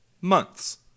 Months